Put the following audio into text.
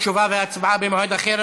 תשובה והצבעה במועד אחר.